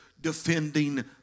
defending